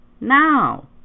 now